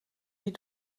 die